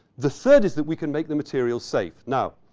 the third is that we can make the material safe. now,